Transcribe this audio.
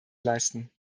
leisten